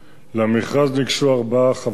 למכרז ניגשו ארבע חברות.